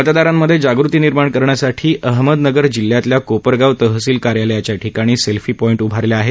मतदारांमध्ये जागृती निर्माण करण्यासाठी करण्यासाठी अहमदनगर जिल्ह्यातल्या कोपरगांव तहसील कार्यालयाच्या ठिकाणी सेल्फी पॉईट उभारले आहेत